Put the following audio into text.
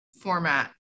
format